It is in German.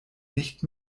nicht